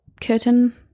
curtain